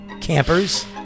Campers